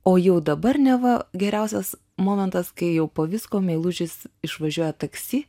o jau dabar neva geriausias momentas kai jau po visko meilužis išvažiuoja taksi